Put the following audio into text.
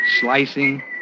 slicing